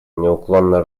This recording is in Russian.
неуклонно